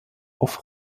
auf